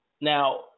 Now